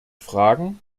fragen